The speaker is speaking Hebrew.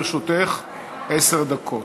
לרשותך עשר דקות.